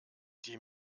die